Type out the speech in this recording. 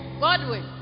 Godwin